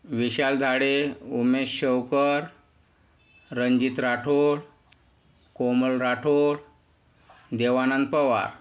Vishal Zade Umesh Shevkar Ranjit Rathod Komal Rathod Devanand Pawar